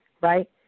right